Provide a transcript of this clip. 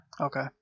Okay